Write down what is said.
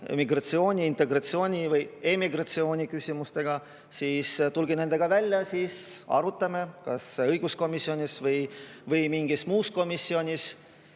migratsiooni, integratsiooni või emigratsiooni küsimustega, siis tulge nendega välja ja arutame kas õiguskomisjonis või mingis muus komisjonis. Ja